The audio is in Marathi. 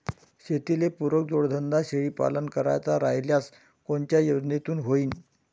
शेतीले पुरक जोडधंदा शेळीपालन करायचा राह्यल्यास कोनच्या योजनेतून होईन?